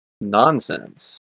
nonsense